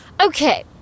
Okay